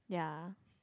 yeah